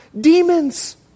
demons